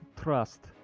trust